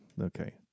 okay